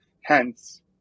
hence